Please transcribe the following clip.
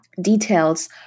Details